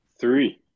three